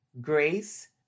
grace